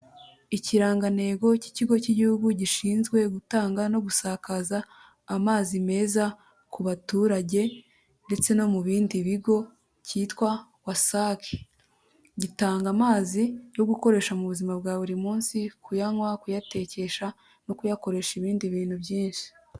Ikirangantego cy'ikigo cy'igihugu gishinzwe gutanga no gusakaza amazi meza ku baturage ndetse no mu bindi bigo cyitwa WASAC, gitanga amazi yo gukoresha mu buzima bwa buri munsi, kuyanywa, kuyatekesha no kuyakoresha ibindi bintu byinshi.